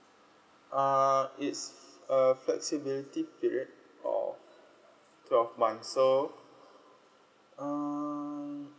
uh it's err flexibility period or twelve months so um